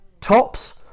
tops